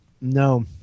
No